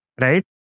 Right